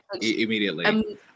Immediately